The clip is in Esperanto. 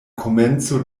komenco